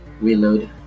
Reload